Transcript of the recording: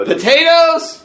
Potatoes